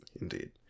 indeed